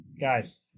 Guys